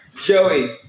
Joey